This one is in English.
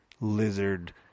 lizard